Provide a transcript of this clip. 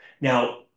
Now